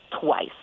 Twice